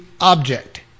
object